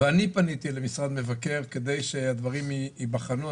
פניתי למשרד המבקר כדי שדברים ייבחנו.